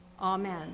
Amen